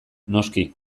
noski